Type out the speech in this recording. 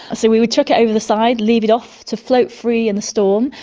so we would chuck it over the side, leave it off to float free in the storm,